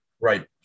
right